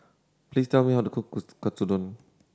please tell me how to cook Katsudon